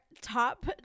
top